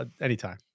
Anytime